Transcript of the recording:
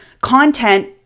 content